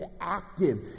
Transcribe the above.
active